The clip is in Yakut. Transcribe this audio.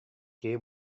киһи